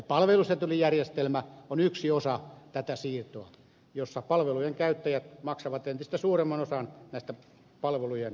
palvelusetelijärjestelmä on yksi osa tätä siirtoa jossa palvelujen käyttäjät maksavat entistä suuremman osan näistä palvelujen kustannuksista